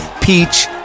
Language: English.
Peach